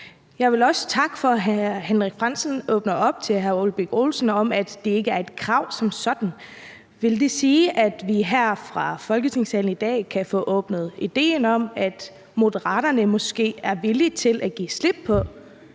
Jeg vil også takke for, at hr. Henrik Frandsen åbner op til hr. Ole Birk Olesen om, at det ikke er et krav som sådan. Vil det sige, at vi her i Folketingssalen i dag kan få åbnet idéen om, at Moderaterne måske er villige til at give slip på